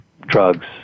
Drugs